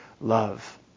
love